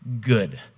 good